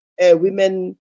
Women